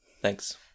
Thanks